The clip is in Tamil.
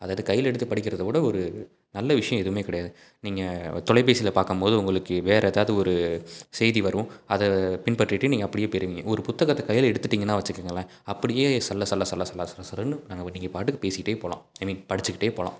அதாவது கையில் எடுத்து படிக்கிறது விட ஒரு நல்ல விஷயம் எதுவுமே கிடையாது நீங்கள் தொலைபேசியில் பார்க்கும் போது உங்களுக்கு வேறு ஏதாவது ஒரு செய்தி வரும் அதை பின்பற்றிகிட்டு நீங்கள் அப்படியே போயிடுவீங்க ஒரு புத்தகத்தை கையில் எடுத்துவிட்டீங்கன்னா வச்சுக்குங்களேன் அப்படியே சல சல சல சல சல சலன்னு நாங்கள் நீங்கள் பாட்டுக்கு பேசிக்கிட்டே போகலாம் ஐ மீன் படிச்சுக்கிட்டே போகலாம்